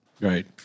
Right